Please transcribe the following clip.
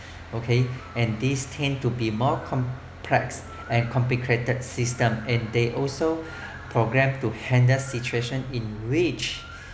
okay and these tend to be more complex and complicated system and they also programmed to handle situations in which